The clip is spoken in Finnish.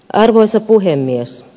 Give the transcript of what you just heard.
arvoisa puhemies